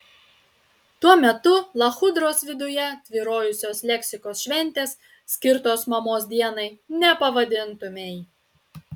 tuo metu lachudros viduje tvyrojusios leksikos šventės skirtos mamos dienai nepavadintumei